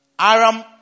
Aram